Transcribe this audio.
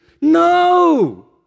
No